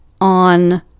on